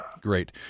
Great